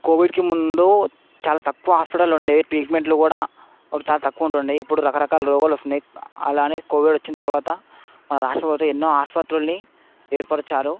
కోవిడ్కి ముందు చాలా తక్కువ హాస్పిటల్లు ఉండేవి ట్రీట్మెంట్లు కూడా చాలా తక్కువ ఉంటు ఉండే ఇప్పుడు రకరకాల రోగాలు వస్తున్నాయి అలానే కోవిడ్ వచ్చిన తర్వాత మన రాష్ట్ర ప్రభుత్వం ఎన్నో ఆస్పత్రులని ఏర్పరిచారు